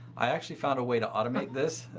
i actually found a way to automate this.